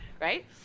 right